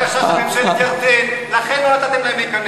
תודה.